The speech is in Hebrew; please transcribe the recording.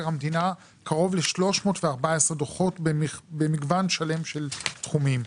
המדינה קרוב ל-314 דוחות במגוון שלם של תחומים.